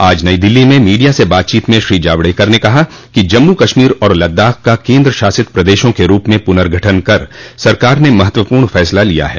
आज नई दिल्ली में मीडिया से बातचीत में श्री जावडेकर ने कहा कि जम्मू कश्मीर और लद्दाख का केन्द्रशासित प्रदेशों के रूप में पुनर्गठन कर सरकार ने महत्वपूर्ण फसला किया है